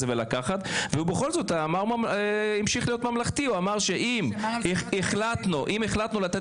ולקחת והוא בכל זאת המשיך להיות ממלכתי והוא אמר שאם החלטנו לתת